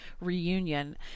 reunion